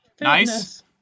Nice